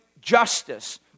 justice